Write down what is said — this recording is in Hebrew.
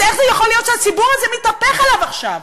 אז איך זה יכול להיות שהציבור הזה מתהפך עליו עכשיו?